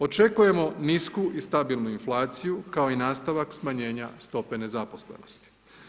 Očekujemo nisku i stabilnu inflaciju, kao i nastavak smanjenja stope nezaposlenosti.